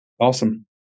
Awesome